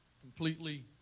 completely